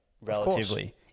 relatively